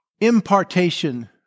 impartation